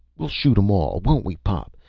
we'll shoot em all. won't we, pop?